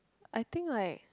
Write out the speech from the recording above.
I think like